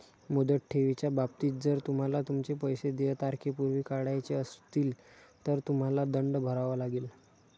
मुदत ठेवीच्या बाबतीत, जर तुम्हाला तुमचे पैसे देय तारखेपूर्वी काढायचे असतील, तर तुम्हाला दंड भरावा लागेल